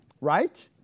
Right